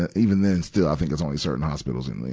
ah even then, still, i think it's only certain hospitals and,